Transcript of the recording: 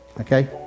okay